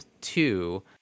two